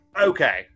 Okay